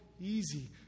easy